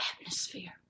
atmosphere